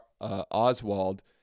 Oswald